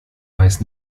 weiß